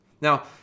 Now